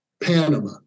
Panama